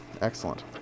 excellent